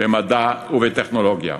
במדע ובטכנולוגיה.